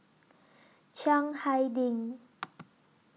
Chiang Hai Ding